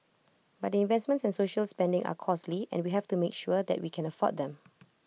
but investments and social spending are costly and we have to make sure that we can afford them